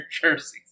jerseys